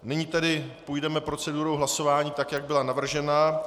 Nyní tedy půjdeme procedurou hlasování tak, jak byla navržena.